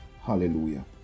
Hallelujah